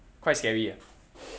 quite scary ah